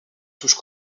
touche